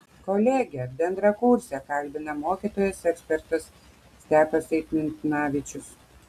kolegę bendrakursę kalbina mokytojas ekspertas stepas eitminavičius